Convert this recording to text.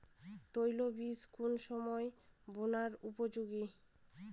তৈল বীজ কোন সময় বোনার উপযোগী?